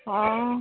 ହଁ